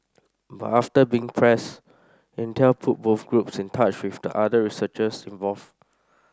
but after being pressed Intel put both groups in touch with the other researchers involved